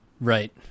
Right